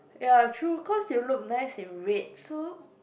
ya true cause you look nice in red so